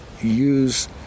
use